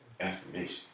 affirmation